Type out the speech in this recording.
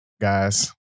guys